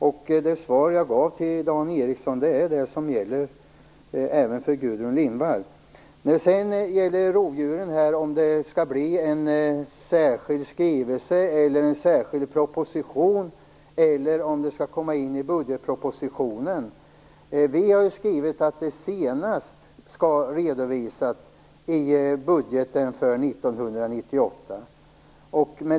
Det svar som jag gav till Dan Ericsson är det svar som gäller även för Gudrun Lindvall. Gudrun Lindvall undrade om det angående rovdjuren skall upprättas en särskild skrivelse, läggas fram en särskild proposition eller om det skall komma ett förslag i budgetpropositionen. Utskottet har skrivit att detta senast skall redovisas i budgeten för 1998.